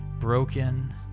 broken